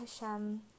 Hashem